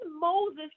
Moses